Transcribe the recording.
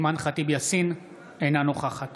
אינה נוכחת